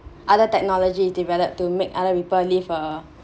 other technology is developed to make other people live a